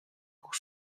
pour